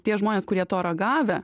tie žmonės kurie to ragavę